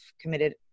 committed